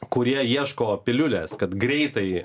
kurie ieško piliulės kad greitai